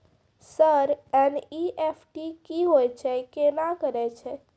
Sir NEFT की होय छै, केना करे छै?